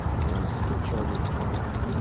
i want to see your children before i die.